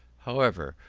however,